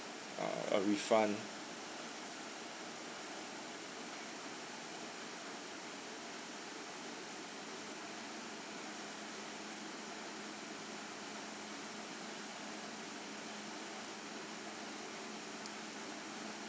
uh a refund